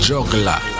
Juggler